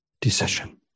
decision